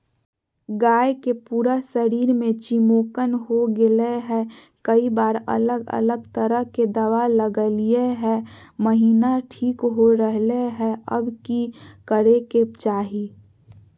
गाय के पूरा शरीर में चिमोकन हो गेलै है, कई बार अलग अलग तरह के दवा ल्गैलिए है महिना ठीक हो रहले है, अब की करे के चाही?